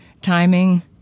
timing